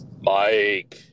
Mike